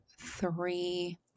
three